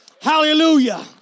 Hallelujah